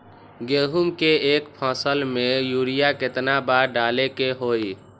गेंहू के एक फसल में यूरिया केतना बार डाले के होई?